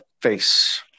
face